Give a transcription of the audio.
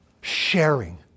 sharing